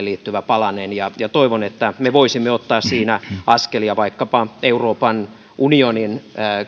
liittyvä palanen ja ja toivon että me voisimme ottaa siinä askelia vaikkapa euroopan unionin